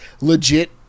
legit